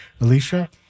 Alicia